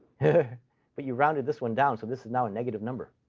but you rounded this one down, so this is now a negative number.